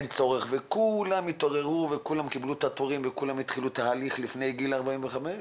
אין צורך וכולם קיבלו את התורים וכולם התחילו תהליך לפני גיל 45,